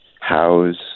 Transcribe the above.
house